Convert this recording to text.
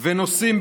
ונושאים,